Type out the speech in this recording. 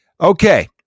Okay